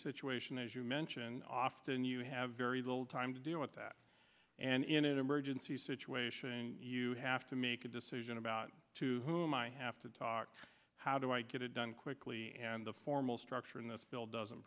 situation as you mentioned often you have very little time to deal with that and in an emergency situation you have to make a decision about to whom i have to talk how do i get it done quickly and the formal structure in this bill doesn't